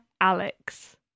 Alex